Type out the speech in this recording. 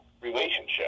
relationship